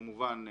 כמובן,